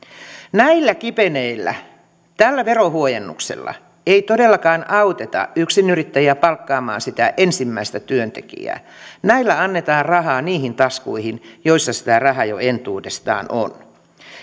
näillä kipeneillä tällä verohuojennuksella ei todellakaan auteta yksinyrittäjiä palkkaamaan sitä ensimmäistä työntekijää näillä annetaan rahaa niihin taskuihin joissa sitä rahaa jo entuudestaan on